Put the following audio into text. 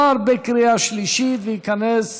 נתקבל.